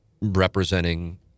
representing